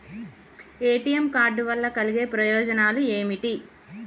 ATM card వల్ల కలిగే ప్రయోజనాలు ఏమిటి?